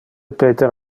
peter